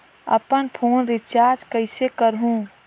अपन phone recharge कइसे करहु?